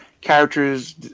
characters